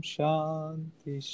Shanti